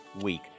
week